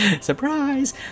surprise